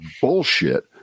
bullshit